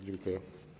Dziękuję.